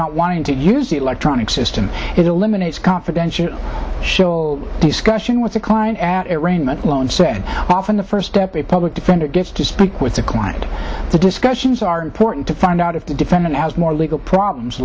not wanting to use the electronic system it eliminates confidential show discussion with a client at rain let alone say often the first step a public defender gets to speak with the client the discussions are important to find out if the defendant has more legal problems